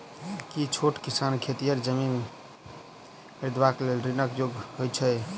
की छोट किसान खेतिहर जमीन खरिदबाक लेल ऋणक योग्य होइ छै?